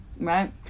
right